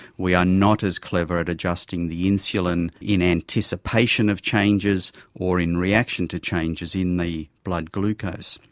we are not as clever at adjusting the insulin in anticipation of changes or in reaction to changes in the blood glucose.